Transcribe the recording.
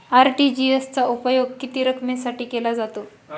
RTGS चा उपयोग किती रकमेसाठी केला जातो?